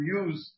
use